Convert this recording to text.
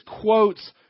quotes